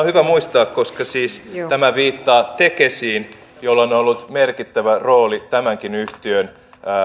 hyvä muistaa koska siis tämä viittaa tekesiin jolla on ollut merkittävä rooli tämänkin yhtiön